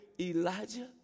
Elijah